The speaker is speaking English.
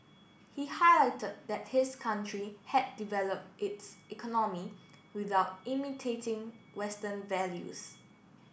he highlight that his country had developed its economy without imitating Western values